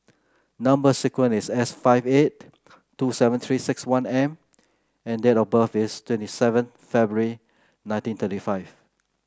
number sequence is S five eight two seven Three six one M and date of birth is twenty seven February nineteen thirty five